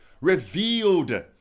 revealed